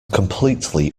completely